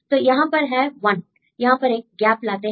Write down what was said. तो यहां पर है 1 यहां पर एक गैप लाते हैं